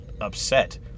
upset